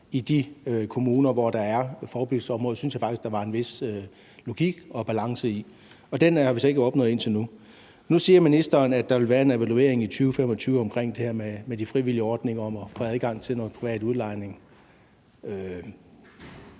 i de kommuner, hvor der er forebyggelsesområder, synes jeg faktisk der var en vis logik og balance i. Den har vi så ikke opnået indtil nu. Nu siger ministeren, at der vil være en evaluering i 2025 af det her med de frivillige ordninger om at få adgang til noget privat udlejning. Har